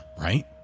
right